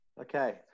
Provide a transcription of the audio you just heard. okay